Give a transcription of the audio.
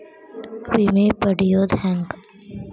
ವಿಮೆ ಪಡಿಯೋದ ಹೆಂಗ್?